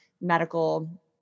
medical